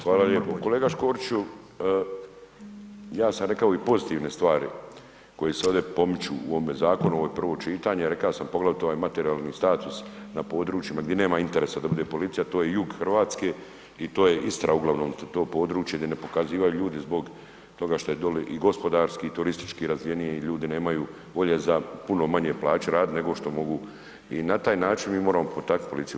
Hvala lijepo. … [[Govornik se ne razumije]] ja sam rekao i pozitivne stvari koje se ovdje pomiču u ovome zakonu, ovo je prvo čitanje, reka sam poglavito ovaj materijalni status na područjima gdje nema interesa da bude policija, to je jug RH i to je Istra uglavnom, to područje di ne pokazivaju ljudi zbog toga što je doli i gospodarski i turistički razvijeniji i ljudi nemaju volje za puno manje plaće radit, nego što mogu i na taj način mi moramo potaknut policiju.